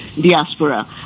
diaspora